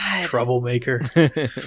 troublemaker